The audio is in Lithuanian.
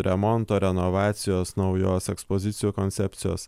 remonto renovacijos naujos ekspozicijų koncepcijos